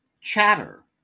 Chatter